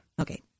Okay